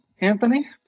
Anthony